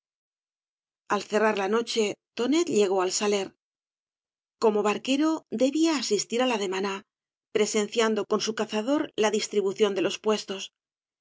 al cerrar la noche tonet llegó ai saler como barquero debía asistir á la demaná presenciando con su cazador la distribución de ios puestos